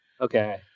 Okay